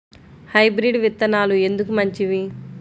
Hybrid విత్తనాలు ఎందుకు మంచిది?